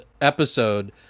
episode